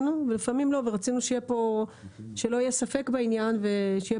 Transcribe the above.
ולפעמים לא ורצינו שלא יהיה ספק בעניין ושיהיה